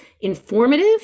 informative